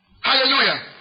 hallelujah